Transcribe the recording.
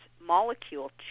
molecule